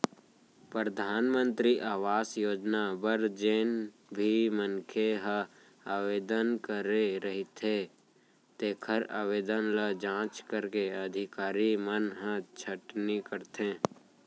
परधानमंतरी आवास योजना बर जेन भी मनखे ह आवेदन करे रहिथे तेखर आवेदन ल जांच करके अधिकारी मन ह छटनी करथे